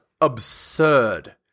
absurd